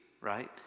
right